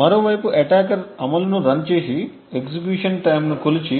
మరోవైపు అటాకర్ అమలును రన్ చేసి ఎగ్జిక్యూషన్ టైమ్ కొలిచి